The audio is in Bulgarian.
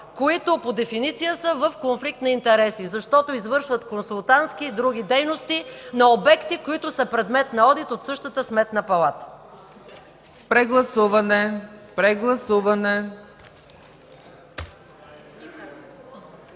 които по дефиниция са в конфликт на интереси, защото извършват консултантски и други дейности на обекти, които са предмет на одит от същата Сметна палата. ПРЕДСЕДАТЕЛ ЦЕЦКА